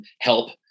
help